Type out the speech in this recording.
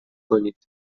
کنید